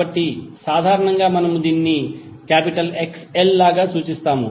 కాబట్టి సాధారణంగా మనము దీనిని XL లాగా సూచిస్తాము